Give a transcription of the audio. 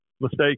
mistake